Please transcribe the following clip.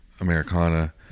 Americana